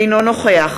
אינו נוכח